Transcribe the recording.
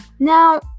Now